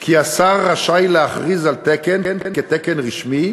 כי השר רשאי להכריז על תקן כתקן רשמי,